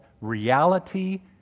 Reality